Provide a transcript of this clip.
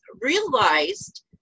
realized